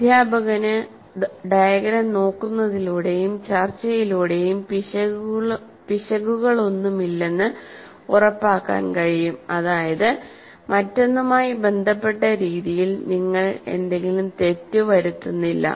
അധ്യാപകന് ഡയഗ്രം നോക്കുന്നതിലൂടെയും ചർച്ചയിലൂടെയും പിശകുകളൊന്നുമില്ലെന്ന് ഉറപ്പാക്കാൻ കഴിയും അതായത് മറ്റൊന്നുമായി ബന്ധപ്പെട്ട രീതിയിൽ നിങ്ങൾ എന്തെങ്കിലും തെറ്റ് വരുത്തുന്നില്ല